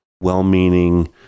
well-meaning